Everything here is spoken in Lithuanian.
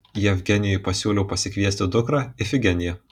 jevgenijui pasiūliau pasikviesti dukrą ifigeniją